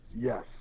Yes